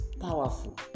powerful